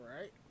right